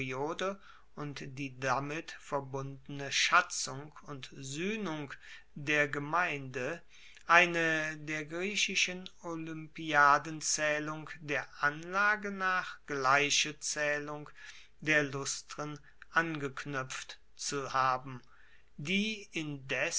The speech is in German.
und die damit verbundene schatzung und suehnung der gemeinde eine der griechischen olympiadenzaehlung der anlage nach gleiche zaehlung der lustren angeknuepft zu haben die indes